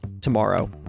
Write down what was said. tomorrow